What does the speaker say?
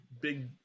big